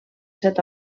set